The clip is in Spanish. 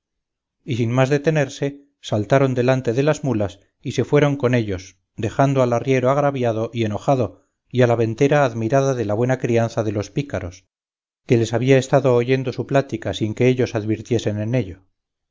y sin más detenerse saltaron delante de las mulas y se fueron con ellos dejando al arriero agraviado y enojado y a la ventera admirada de la buena crianza de los pícaros que les había estado oyendo su plática sin que ellos advirtiesen en ello